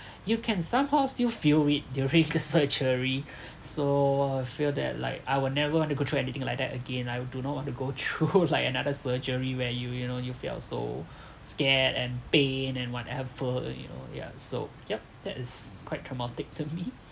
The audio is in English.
you can somehow still feel it during the surgery so I feel that like I will never wanna go through anything like that again I do not want to go through like another surgery where you you know you felt so scared and pain and whatever you know ya so yup that is quite dramatic to me